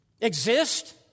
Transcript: exist